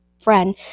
friend